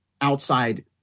outside